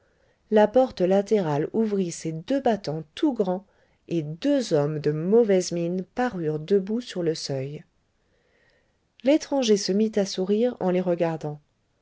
la porte latérale ouvrit ses deux battants tout grands et deux hommes de mauvaise mine parurent debout sur le seuil l'étranger se mit à sourire en les regardant